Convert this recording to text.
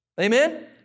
Amen